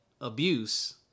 abuse